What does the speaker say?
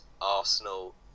arsenal